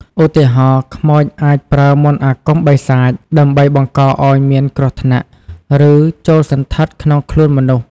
ឧទាហរណ៍ ខ្មោចអាចប្រើ មន្តអាគមបិសាច ដើម្បីបង្កឲ្យមានគ្រោះថ្នាក់ ឬចូលសណ្ឋិតក្នុងខ្លួនមនុស្ស។